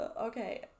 Okay